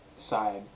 side